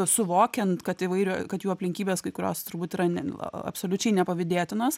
suvokiant kad įvairio kad jų aplinkybės kai kurios turbūt yra ne absoliučiai nepavydėtinos